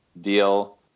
deal